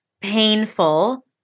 painful